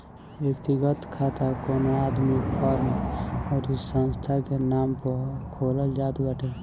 व्यक्तिगत खाता कवनो आदमी, फर्म अउरी संस्था के नाम पअ खोलल जात बाटे